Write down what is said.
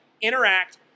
interact